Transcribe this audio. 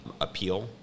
appeal